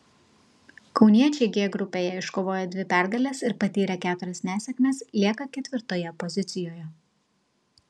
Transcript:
kauniečiai g grupėje iškovoję dvi pergales ir patyrę keturias nesėkmes lieka ketvirtoje pozicijoje